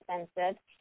expensive